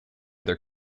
their